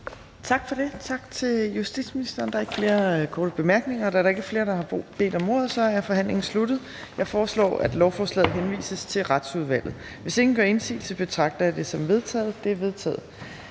Tak for det. Tak til justitsministeren. Der er ikke flere korte bemærkninger. Da der ikke er flere, der har bedt om ordet, er forhandlingen sluttet. Jeg foreslår, at lovforslaget henvises til Retsudvalget. Hvis ingen gør indsigelse, betragter jeg det som vedtaget. Det er vedtaget.